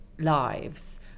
Lives